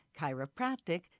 chiropractic